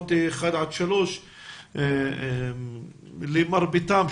אשכולות 3-1. למרביתם,